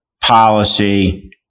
policy